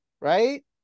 right